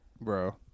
Bro